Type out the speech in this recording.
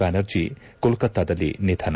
ಬ್ಯಾನರ್ಜೆ ಕೋಲ್ತತ್ತಾದಲ್ಲಿ ನಿಧನ